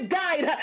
died